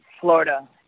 Florida